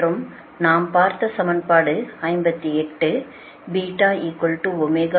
மற்றும் நாம் பார்த்த சமன்பாடு 58